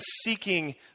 seeking